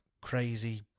crazy